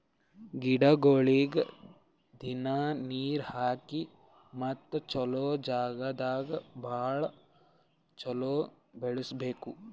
ಗಿಡಗೊಳಿಗ್ ದಿನ್ನಾ ನೀರ್ ಹಾಕಿ ಮತ್ತ ಚಲೋ ಜಾಗ್ ದಾಗ್ ಭಾಳ ಚಲೋ ಬೆಳಸಬೇಕು